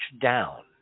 down